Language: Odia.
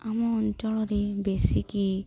ଆମ ଅଞ୍ଚଳରେ ବେଶିକି